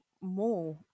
more